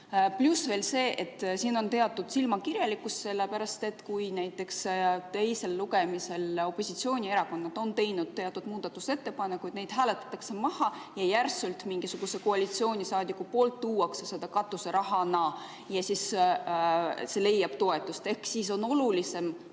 Pluss see, et siin on teatud silmakirjalikkus, sellepärast et kui näiteks teisel lugemisel opositsioonierakonnad on teinud teatud muudatusettepanekuid ja need hääletatakse maha, siis järsku mingisuguse koalitsioonisaadiku poolt tuuakse need katuserahana ja siis need leiavad toetust. Ehk siis oluline